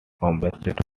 obsessed